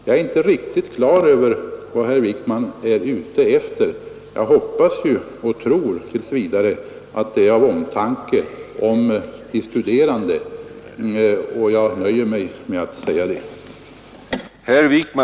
Jag är inte riktigt på det klara med vad herr Wijkman är ute efter. Jag hoppas och tror tills vidare att det är av omtanke om de studerande som frågan har ställts.